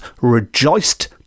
rejoiced